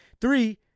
Three